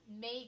make